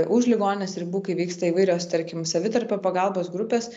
už ligoninės ribų kai vyksta įvairios tarkim savitarpio pagalbos grupės